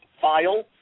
file